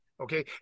okay